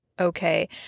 Okay